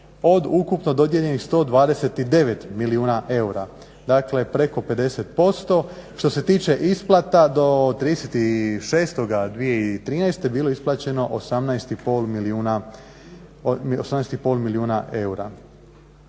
od ukupno dodijeljenih 129 milijuna eura, dakle preko 50%. Što se tiče isplata do 30.6.2013. bilo je isplaćeno 18,5 milijuna eura.